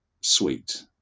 sweet